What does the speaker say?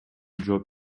жооп